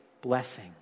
blessing